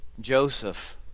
Joseph